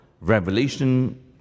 Revelation